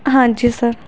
ਹਾਂਜੀ ਸਰ